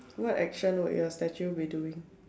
what action would your statue be doing